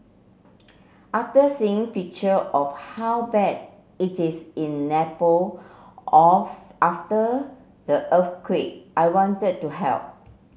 after seeing picture of how bad it is in Nepal off after the earthquake I wanted to help